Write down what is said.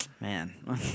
Man